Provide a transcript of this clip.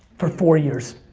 for four years.